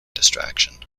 distraction